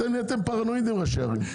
אתם פרנואידים ראשי ערים.